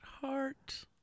Heart